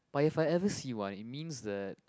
but if I ever see one it means that